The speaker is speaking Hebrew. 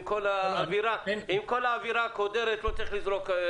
עם כל האווירה הקודרת לא צריך לזרוק סיסמאות.